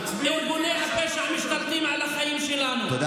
ארגוני הפשע משתלטים על החיים שלנו,